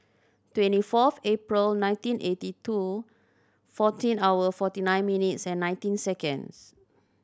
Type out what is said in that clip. twenty fourth April nineteen eighty two fourteen hour forty nine minutes and nineteen seconds